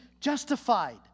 justified